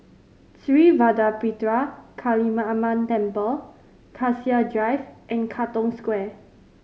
Sri Vadapathira Kaliamman Temple Cassia Drive and Katong Square